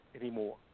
anymore